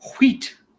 Wheat